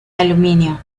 aluminio